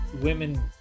women